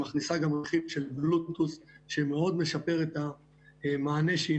היא מכניסה גם רכיב של בלוטות' שמאוד משפר את המענה שהיא